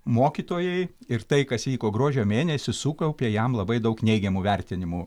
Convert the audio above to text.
mokytojai ir tai kas įvyko gruodžio mėnesį sukaupė jam labai daug neigiamų vertinimų